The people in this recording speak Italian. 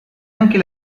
anche